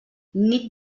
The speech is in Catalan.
nit